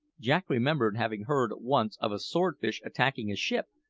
jack remembered having heard once of a swordfish attacking a ship,